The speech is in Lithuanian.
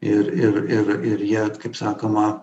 ir ir ir ir jie kaip sakoma